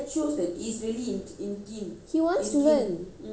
he wants to learn he really wants to learn but